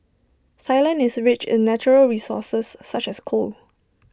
Sai land is rich in natural resources such as coal